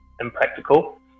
impractical